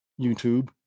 YouTube